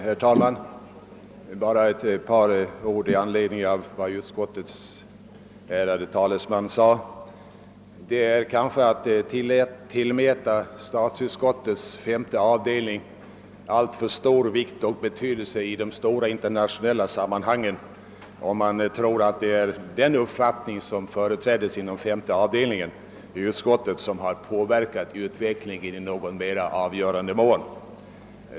Herr talman! Bara ett par ord i anledning av vad utskottets ärade talesman sade. Det är kanske att tillmäta statsutskottets femte avdelning alltför stor vikt och betydelse i de internationella sammanhangen, om man tror att det just var den uppfattning som företräddes i femte avdelningen som påverkade utvecklingen i någon avgörande mån.